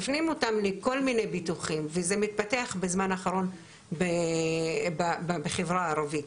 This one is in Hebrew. מפנים אותם לכל מיני ביטוחים וזה מתפתח בזמן האחרון בחברה הערבית.